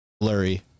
blurry